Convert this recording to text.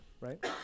right